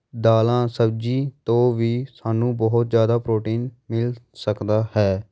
ਦਾਲਾਂ ਸਬਜ਼ੀ ਤੋਂ ਵੀ ਸਾਨੂੰ ਬਹੁਤ ਜ਼ਿਆਦਾ ਪ੍ਰੋਟੀਨ ਮਿਲ ਸਕਦਾ ਹੈ